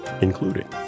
including